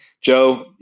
Joe